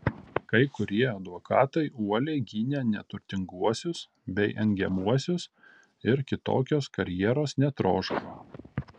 kai kurie advokatai uoliai gynė neturtinguosius bei engiamuosius ir kitokios karjeros netroško